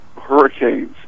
hurricanes